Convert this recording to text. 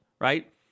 right